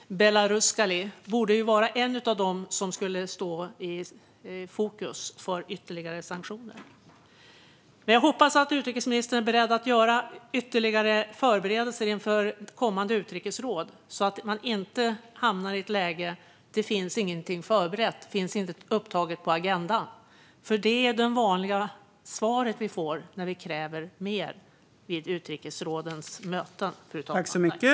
Belaruskalij är ett av de företag som borde stå i fokus för ytterligare sanktioner. Jag hoppas att utrikesministern är beredd att göra ytterligare förberedelser inför kommande utrikesråd så att man inte hamnar i ett läge där det inte finns något förberett eller upptaget på agendan, för detta är det svar vi vanligen får när vi kräver mer vid utrikesrådets möten.